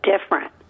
different